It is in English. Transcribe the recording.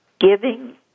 giving